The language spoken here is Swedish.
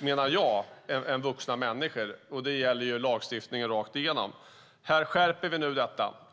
än vuxna människor. Det gäller rakt igenom lagstiftningen. Här skärper vi lagen.